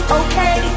okay